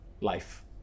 life